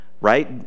right